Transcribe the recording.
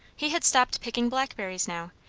he had stopped picking blackberries now,